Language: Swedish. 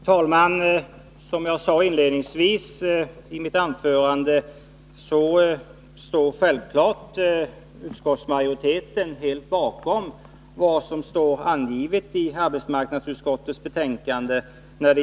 Herr talman! Som jag inledningsvis sade står utskottsmajoriteten när det gäller regionalpolitiken självfallet helt bakom skrivningen i arbetsmarknadsutskottets betänkande.